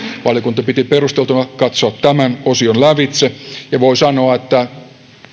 valiokunta piti perusteltuna katsoa tämän osion lävitse ja voi sanoa että